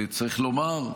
צריך לומר,